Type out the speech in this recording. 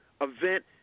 event